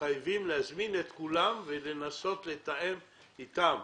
מתחייבים להזמין את כולם ולנסות לתאם איתם.